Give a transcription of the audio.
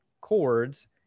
chords